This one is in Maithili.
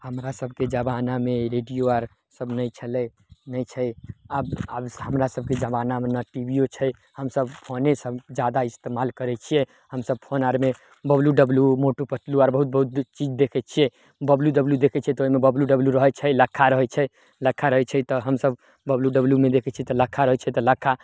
हमरा सबके जबानामे रेडिओ आर सब नहि छलै नहि छै आब आब हमरा सबके जबानामे ने टीभीओ छै हमसब फोने सब जादा इस्तेमाल करै छियै हमसब फोन आरमे बब्लु डब्लु मोटु पतलु आर बहुत बहुत चीज देखै छियै बब्लु डब्लु देखै छियै तऽ ओहिमे बब्लु डब्लु रहै छै लक्खा रहै छै लक्खा रहै छै तऽ हमसब बब्लु डब्लुमे देखै छियै तऽ लक्खा रहै छै तऽ लक्खा